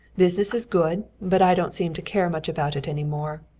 business is good, but i don't seem to care much about it any more.